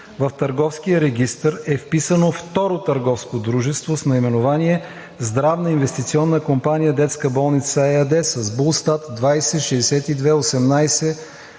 в Търговския регистър е вписано второ търговско дружество с наименование „Здравна инвестиционна компания детска болница“ ЕАД с Булстат 206218659,